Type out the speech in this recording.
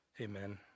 Amen